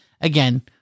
again